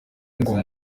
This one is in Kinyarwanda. ngoma